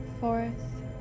fourth